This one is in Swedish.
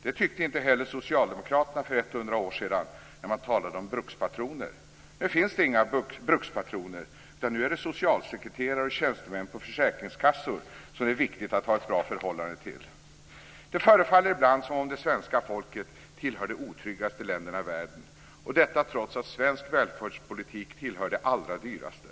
Det tyckte inte heller socialdemokraterna för 100 år sedan, när man talade om brukspatroner. Nu finns det inga brukspatroner, utan nu är det socialsekreterare och tjänstemän på försäkringskassor som det är viktigt att ha ett bra förhållande till. Det förefaller ibland som om det svenska folket tillhör de otryggaste i världen, detta trots att svensk välfärdspolitik tillhör de allra dyraste.